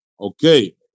Okay